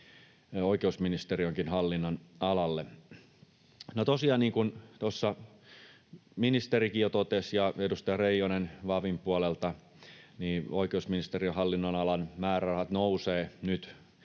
ministerikin jo totesi ja edustaja Reijonen VaVin puolelta, oikeusministeriön hallinnonalan määrärahat nousevat nyt